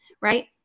Right